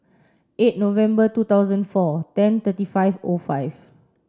eight November two thousand four ten thirty five O five